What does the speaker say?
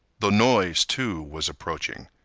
the noise, too, was approaching.